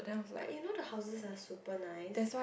but you know the houses are super nice